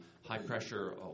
high-pressure